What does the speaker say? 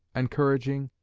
encouraging,